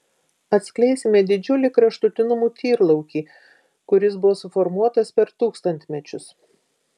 atskleisime didžiulį kraštutinumų tyrlaukį kuris buvo suformuotas per tūkstantmečius